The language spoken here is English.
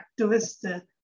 activist